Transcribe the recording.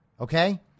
okay